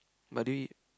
but do you eat